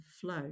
flow